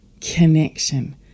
connection